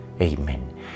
Amen